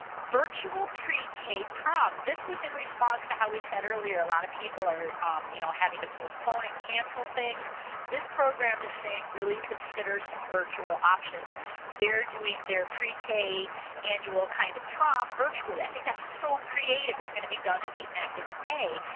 virtual pre-k prom this was in response to how we said earlier a lot of people are you know having to postpone and cancel things this program is saying really consider some virtual options they're doing their pre-k annual kind of prom virtually i think that's so creative. it's gonna be done at the end of may.